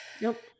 Nope